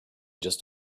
just